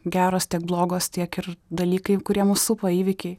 geros tiek blogos tiek ir dalykai kurie mus supa įvykiai